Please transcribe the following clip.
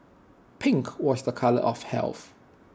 pink was A colour of health